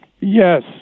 Yes